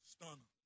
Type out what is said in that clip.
Stunner